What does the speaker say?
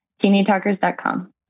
TeenyTalkers.com